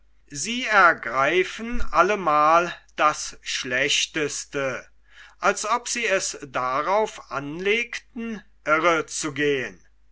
sie ergreifen allemal das schlechteste als ob sie es darauf anlegten irre zu gehen